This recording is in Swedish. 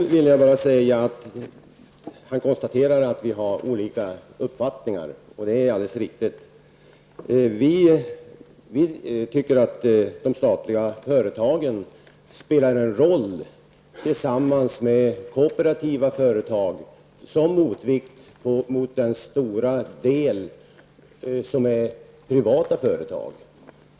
Kjell Ericsson konstaterar att vi har olika uppfattningar, och det är alldeles riktigt. Vi tycker att de statliga företagen tillsammans med kooperativa företag spelar en roll som motvikt till den stora andelen privata företag.